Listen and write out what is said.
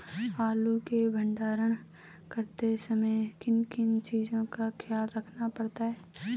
आलू के भंडारण करते समय किन किन चीज़ों का ख्याल रखना पड़ता है?